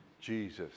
Jesus